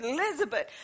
Elizabeth